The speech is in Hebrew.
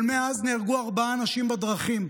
אבל מאז נהרגו ארבעה אנשים בדרכים.